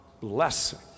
blessing